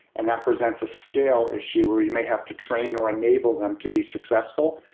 and that presents a scale issue where you may have to train or enable them to be successful,